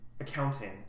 accounting